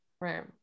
Right